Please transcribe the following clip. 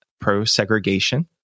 pro-segregation